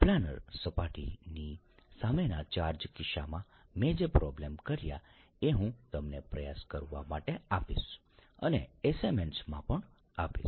planar સપાટીની સામેના ચાર્જના કિસ્સામાં મેં જે પ્રોબ્લેમ્સ કર્યા એ હું તમને પ્રયાસ કરવા માટે આપીશ અને એસાઇન્મેન્ટ માં પણ આપીશ